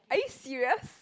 are you serious